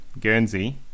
Guernsey